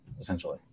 essentially